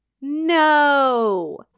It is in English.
No